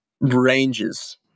ranges